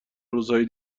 روزهای